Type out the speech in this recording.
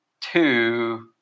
two